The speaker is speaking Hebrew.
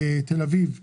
תל אביב וירושלים,